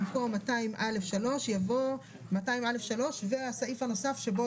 במקום "200(א)(3)" יבוא: "200(א)(3)" והסעיף הנוסף שבו